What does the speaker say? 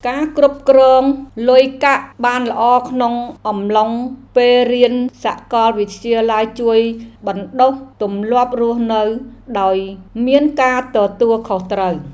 ការគ្រប់គ្រងលុយកាក់បានល្អក្នុងអំឡុងពេលរៀនសាកលវិទ្យាល័យជួយបណ្តុះទម្លាប់រស់នៅដោយមានការទទួលខុសត្រូវ។